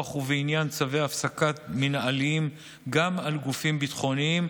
ובעניין צווי הפסקה מינהליים גם על גופים ביטחוניים,